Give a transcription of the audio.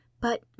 But